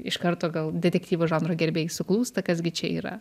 iš karto gal detektyvo žanro gerbėjai suklūsta kas gi čia yra